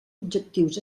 objectius